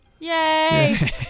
Yay